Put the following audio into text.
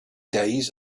days